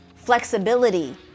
flexibility